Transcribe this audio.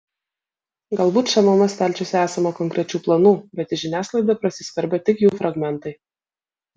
galbūt šmm stalčiuose esama konkrečių planų bet į žiniasklaidą prasiskverbia tik jų fragmentai